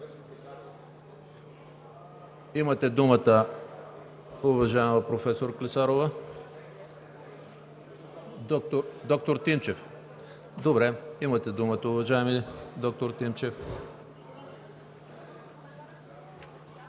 Имате думата, уважаема доктор Джафер.